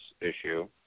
issue